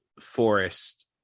forest